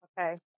Okay